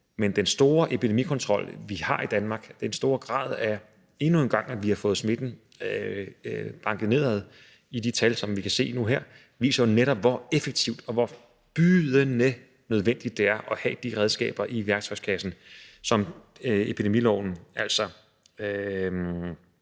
at den store epidemikontrol, vi har i Danmark; den store grad, i hvilken vi endnu en gang har fået smitten banket nedad, altså ifølge de tal, som vi kan se nu her, jo netop viser, hvor effektive de redskaber er, og hvor bydende nødvendigt det er at have de redskaber i værktøjskassen, som epidemiloven altså